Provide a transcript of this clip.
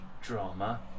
drama